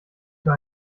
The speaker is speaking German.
für